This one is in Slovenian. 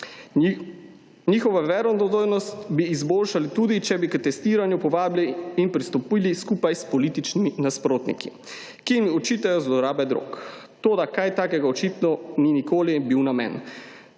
Njihovo verodostojnost bi izboljšali tudi, če bi k testiranju povabili in pristopili skupaj s političnimi nasprotniki, ki jim očitajo zlorabe drog. Toda, kaj takega očitno ni nikoli bil namen.